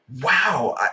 wow